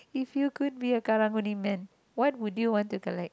if you could be a Karang-Guni man what would you want to collect